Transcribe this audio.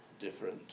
different